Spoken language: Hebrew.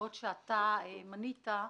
מהסיבות שאתה מנית.